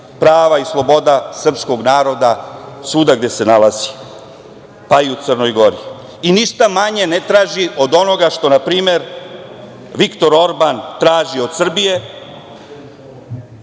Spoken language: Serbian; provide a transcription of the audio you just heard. prava i sloboda srpskog naroda svuda gde se nalazi, pa i u Crnoj Gori i ništa manje ne traži od onoga, što na primer, Viktor Orban traži od Srbije